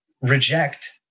reject